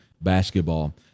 basketball